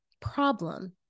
problem